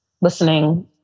listening